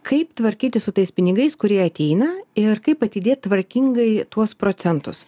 kaip tvarkytis su tais pinigais kurie ateina ir kaip atidėt tvarkingai tuos procentus